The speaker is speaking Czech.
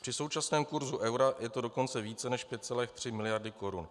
Při současném kurzu eura je to dokonce více než 5,3 miliardy korun.